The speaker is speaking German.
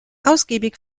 ausgiebig